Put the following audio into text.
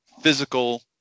physical